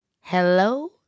Hello